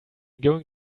going